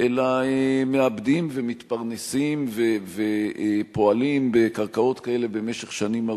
אלא מעבדים ומתפרנסים ופועלים בקרקעות כאלה במשך שנים ארוכות,